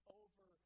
over